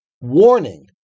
warning